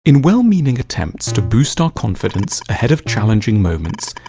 in well-meaning attempts to boost our confidence ahead of challenging moments,